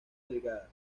delgadas